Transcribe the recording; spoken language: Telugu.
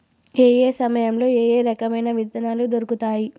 ఏయే సమయాల్లో ఏయే రకమైన విత్తనాలు దొరుకుతాయి?